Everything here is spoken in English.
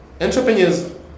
entrepreneurs